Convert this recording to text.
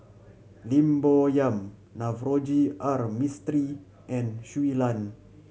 Lim Bo Yam Navroji R Mistri and Shui Lan